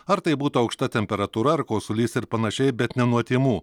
ar tai būtų aukšta temperatūra ar kosulys ir panašiai bet ne nuo tymų